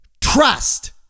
trust